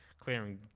Clearing